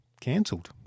cancelled